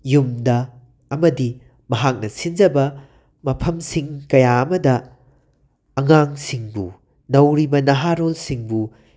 ꯌꯨꯝꯗ ꯑꯃꯗꯤ ꯃꯍꯥꯛꯅ ꯁꯤꯟꯖꯕ ꯃꯐꯝꯁꯤꯡ ꯀꯌꯥ ꯑꯃꯗ ꯑꯉꯥꯡꯁꯤꯡꯕꯨ ꯅꯧꯔꯤꯕ ꯅꯍꯥꯔꯣꯜꯁꯤꯡꯕꯨ